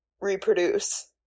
reproduce